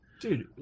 dude